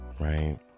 right